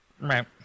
Right